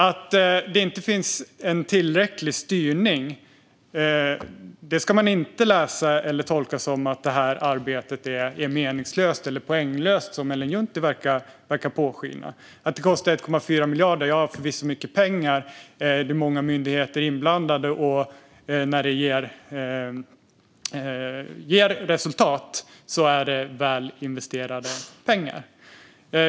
Att det inte finns tillräcklig styrning ska man inte tolka som att arbetet är meningslöst eller poänglöst, som Ellen Juntti låter påskina. Det kostade 1,4 miljarder. Ja, det är förvisso mycket pengar. Men det är många myndigheter inblandade, och när det ger resultat är det väl investerade pengar.